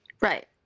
Right